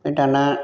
आमफ्राय दाना